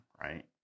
right